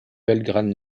belgrade